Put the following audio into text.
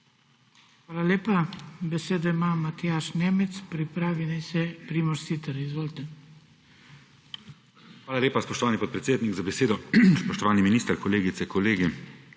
Hvala lepa. Besedo ima Matjaž Nemec, pripravi naj se Primož Siter. Izvolite. **MATJAŽ NEMEC (PS SD):** Hvala lepa, spoštovani podpredsednik, za besedo. Spoštovani minister, kolegice, kolegi!